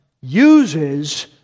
uses